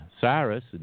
Cyrus